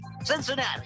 Cincinnati